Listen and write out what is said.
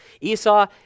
Esau